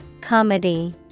Comedy